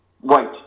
White